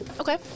Okay